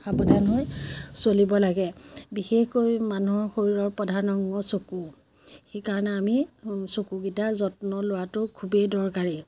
সাৱধান হৈ চলিব লাগে বিশেষকৈ মানুহৰ শৰীৰৰ প্ৰধান অংগ চকু সেইকাৰণে আমি চকুকেইটাৰ যত্ন লোৱাটো খুবেই দৰকাৰী